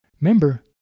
Remember